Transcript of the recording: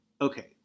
Okay